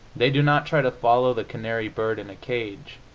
they do not try to follow the canary bird in a cage,